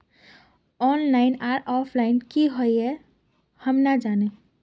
Online आर offline की हुई है हम ना जाने?